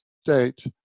state